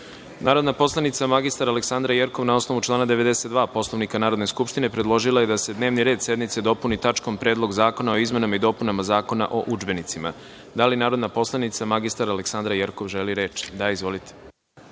Predlog. Narodna poslanica mr Aleksandar Jerkov na osnovu člana 92. Poslovnika Narodne skupštine predložila je da se dnevni red sednice dopuni tačkom Predlog zakona o izmenama i dopunama Zakona o udžbenicima. Da li narodna poslanica mr Aleksandra Jerkov želi reč? Da, izvolite.